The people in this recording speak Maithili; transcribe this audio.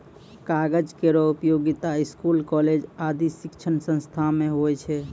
कागज केरो उपयोगिता स्कूल, कॉलेज आदि शिक्षण संस्थानों म होय छै